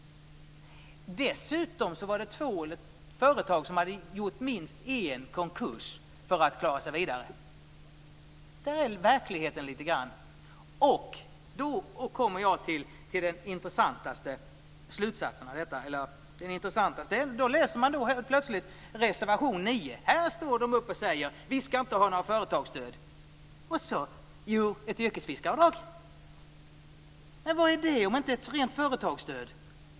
Dessutom var det två företag som hade gjort minst en konkurs för att klara sig vidare. Det är verkligheten. Då kommer jag till den intressantaste slutsatsen av detta. I reservation 9 står man upp och säger att vi inte skall ha några företagsstöd, men sedan kommer det: Vad är det om inte ett rent företagsstöd.